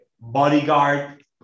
bodyguard